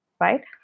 right